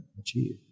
achieve